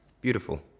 beautiful